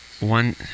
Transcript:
One